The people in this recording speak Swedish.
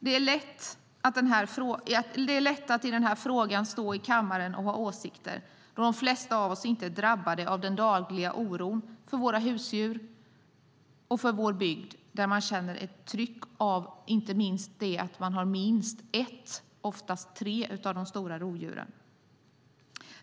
Det är lätt att stå i kammaren och ha åsikter i den här frågan då de flesta av oss inte är drabbade av den dagliga oron för våra husdjur och för vår bygd, till skillnad från dem som bor i områden där man känner ett tryck från minst ett, oftast tre, av de stora rovdjuren.